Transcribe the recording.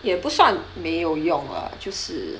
也不算没有用啊就是